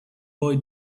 boy